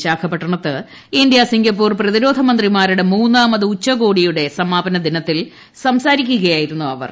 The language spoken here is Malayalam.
വിശാഖപട്ടണത്ത് ഇന്ത്യ സിംഗപ്പൂർ പ്രതിരോധ മന്ത്രിമാരുടെ മൂന്നാമത് ഉച്ചകോടിയുടെ സമാപന ദിനത്തിൽ സംസാരിക്കുകയായിരുന്നു അവർ